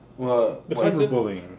cyberbullying